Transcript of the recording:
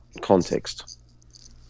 context